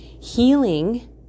Healing